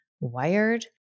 wired